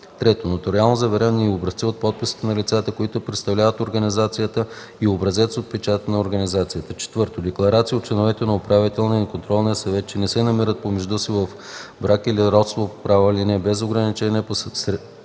3. нотариално заверени образци от подписите на лицата, които представляват организацията, и образец от печата на организацията; 4. декларации от членовете на управителния и на контролния съвет, че не се намират помежду си в брак или родство по права линия без ограничения, по съребрена